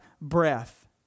breath